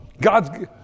God's